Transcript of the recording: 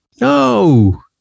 no